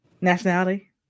Nationality